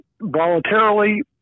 voluntarily